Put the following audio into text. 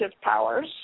powers